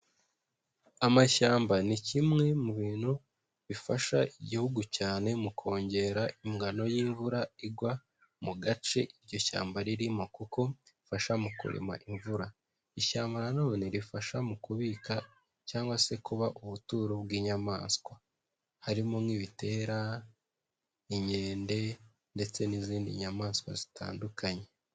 Amashyamba ni kimwe mu bintu bifasha Igihugu cyane mu kongera ingano y'imvura igwa mu gace iryo shyamba ririmo kuko rifasha mu kurema imvura, ishyamba na none rifasha mu kubika cyangwa se kuba ubuturo bw'inyamaswa, harimo nk'ibitera, inkende ndetse n'izindi nyamaswa zitandukanye.